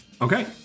okay